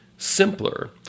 simpler